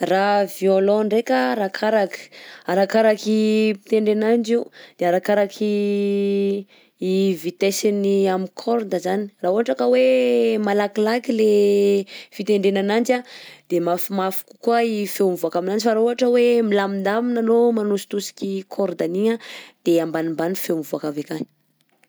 Raha violon ndreka arakaraka, arakaraky mpitendry ananjy io, de arakaraky vitesseny amin'ny corde zany raha ohatra ka hoe malakilaky le fitendrena ananjy de mafimafy kokoa i feo mivoaka aminanjy fa raha ohatra hoe milamindamina anao manositosiky corde an'igny de ambanimbany feo mivoaka avy akagny.